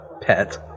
pet